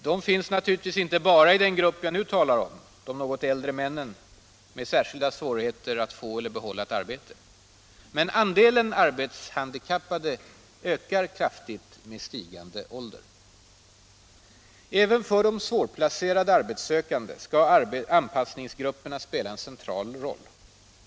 De finns naturligtvis inte bara i den grupp jag nu talar om, de något äldre männen med särskilda svårigheter att få eller behålla ett arbete. Men andelen arbetshandikappade ökar kraftigt med stigande ålder. Även för de svårplacerade arbetssökande skall anpassningsgrupperna spela en central roll.